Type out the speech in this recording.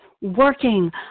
working